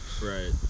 Right